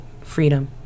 freedom